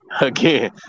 Again